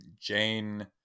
jane